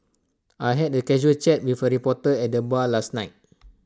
I had A casual chat with A reporter at the bar last night